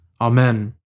Amen